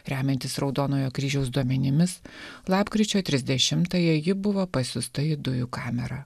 remiantis raudonojo kryžiaus duomenimis lapkričio trisdešimtąją ji buvo pasiųsta į dujų kamerą